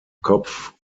kopf